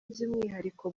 by’umwihariko